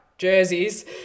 Jerseys